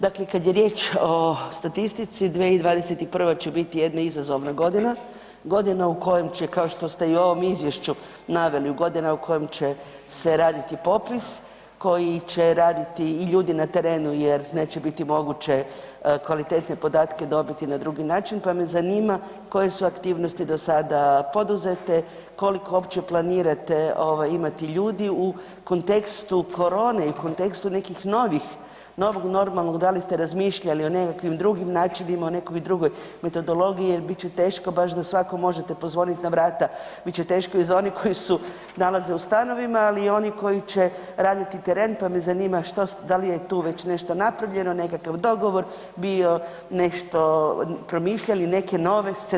Dakle, kad je riječ o statistici, 2021. će bit jedna izazovna godina, godina u kojem će, kao što ste i u ovom izvješću naveli, godina u kojem će se raditi popis koji će raditi i ljudi na terenu jer neće biti moguće kvalitetne podatke dobiti na drugi način, pa me zanima koje su aktivnosti do sada poduzete, koliko opće planirate ovaj imati ljudi u kontekstu korone i u kontekstu nekih novih, novog normalnog, da li ste razmišljali o nekakvim drugim načinima, o nekakvoj drugoj metodologiji jer bit će teško baš da svakom možete pozvonit na vrata, bit će teško i za one koji se nalaze u stanovima, ali i oni koji će raditi teren, pa me zanima što, da li je tu već nešto napravljeno, nekakva dogovor bio, nešto promišljali neke nove scenarije da tako kažem.